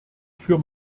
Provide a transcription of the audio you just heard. für